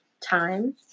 time